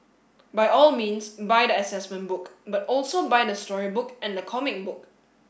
by all means buy the assessment book but also buy the storybook and the comic book